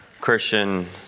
Christian